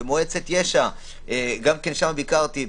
במועצת יש"ע, שם ביקרתי,